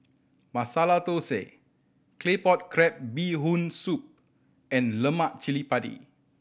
Masala Thosai Claypot Crab Bee Hoon Soup and lemak cili padi